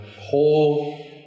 whole